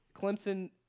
Clemson